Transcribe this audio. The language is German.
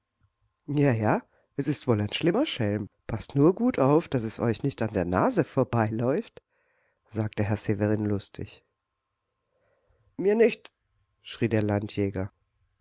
ja ja es ist wohl ein schlimmer schelm paßt nur gut auf daß es euch nicht an der nase vorbeiläuft sagte herr severin lustig mir nicht schrie der landjäger